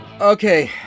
Okay